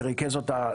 שריכז אותה